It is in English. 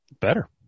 better